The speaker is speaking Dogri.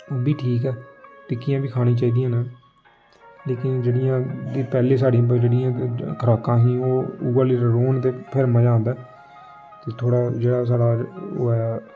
ओह् बी ठीक ऐ टिक्कियां बी खानी चाहि दियां न लेकिन जेह्डियां पैह्लें साढ़ी जेह्ड़ियां खराकां ही ओह् उ'ऐ लेई रौह्न ते फिर मजा औंदा ऐ ते थोह्ड़ा जेह्ड़ा साढ़ा ओह् ऐ